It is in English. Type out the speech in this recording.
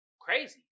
crazy